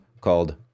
called